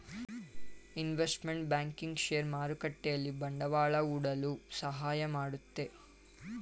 investment banking share ಮಾರುಕಟ್ಟೆಯಲ್ಲಿ ಬಂಡವಾಳ ಹೂಡಲು ಸಹಾಯ ಮಾಡುತ್ತೆ